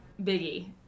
Biggie